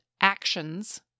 actions